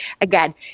again